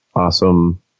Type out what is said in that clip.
Awesome